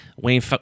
Wayne